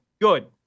Good